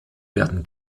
werden